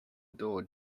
door